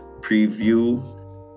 preview